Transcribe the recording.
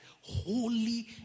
holy